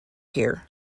here